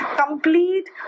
complete